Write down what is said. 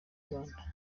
rwanda